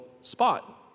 spot